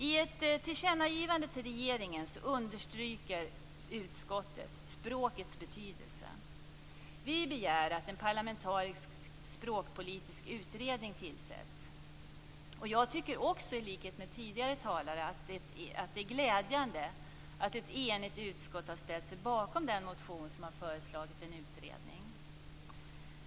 I ett tillkännagivande till regeringen understryker utskottet språkets betydelse. Vi begär att en parlamentarisk språkpolitisk utredning tillsätts. Jag tycker, i likhet med tidigare talare, att det är glädjande att ett enigt utskott har ställt sig bakom den motion där man föreslår en utredning.